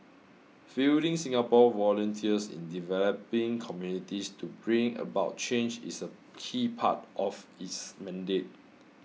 fielding Singapore volunteers in developing communities to bring about change is a key part of its mandate